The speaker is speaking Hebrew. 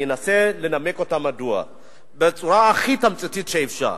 אני אנסה לנמק מדוע בצורה הכי תמציתית שאפשר.